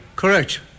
Correct